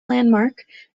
landmark